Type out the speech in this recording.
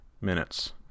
minutes